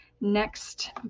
next